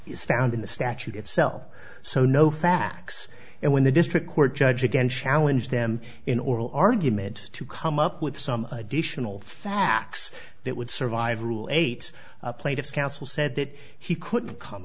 found in the statute itself so no facts and when the district court judge again challenge them in oral argument to come up with some additional facts that would survive rule eight plaintiff's counsel said that he couldn't come